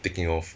taking off